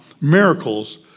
miracles